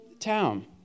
town